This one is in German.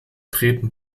treten